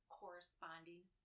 corresponding